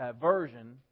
version